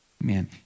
Man